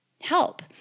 help